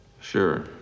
Sure